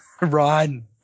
Run